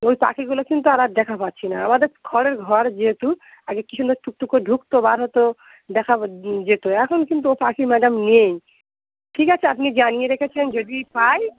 ওই পাখিগুলো কিন্তু আর আর দেখা পাচ্ছি না আমাদের খড়ের ঘর যেহেতু আগে কি সুন্দর ঠুকঠুক করে ঢুকতো বার হতো দেখা যেত এখন কিন্তু ও পাখি ম্যাডাম নেই ঠিক আছে আপনি জানিয়ে রেখেছেন যদি পাই